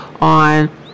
on